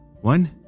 One